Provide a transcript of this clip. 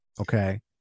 Okay